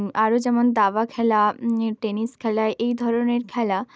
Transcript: আরও যেমন দাবা খেলা টেনিস খেলা এই ধরনের খেলা